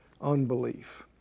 unbelief